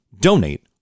donate